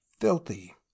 filthy